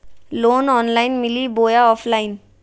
Loan online मिली बोया offline?